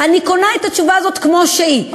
אני קונה את התשובה הזאת כמו שהיא.